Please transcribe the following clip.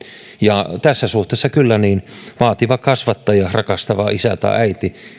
ja tässä suhteessa kyllä vaativa kasvattaja rakastava isä tai äiti